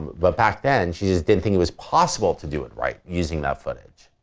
but back then, she just didn't think it was possible to do it right using that footage.